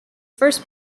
first